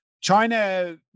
China